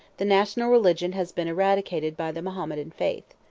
the national religion has been eradicated by the mahometan faith.